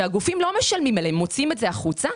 הגופים מוציאים את זה החוצה,